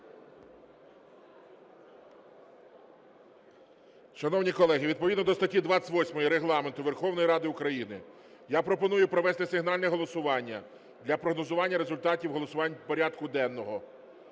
Шановні колеги, відповідно до статті 28 Регламенту Верховної Ради України я пропоную провести сигнальне голосування для прогнозування результатів голосувань порядку денного.